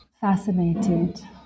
fascinated